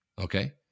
Okay